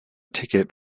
ticket